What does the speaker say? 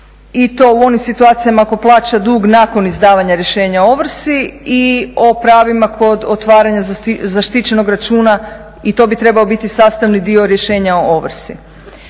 i to u onim situacijama ako plaća dug nakon izdavanja rješenja o ovrsi i o pravima kod otvaranja zaštićenog računa i to bi trebao biti sastavni dio rješenja o ovrsi